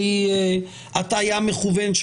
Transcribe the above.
שהיא הטעייה מכוונת,